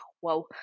Whoa